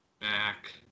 Back